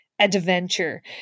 adventure